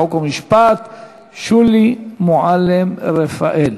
חוק ומשפט שולי מועלם-רפאל,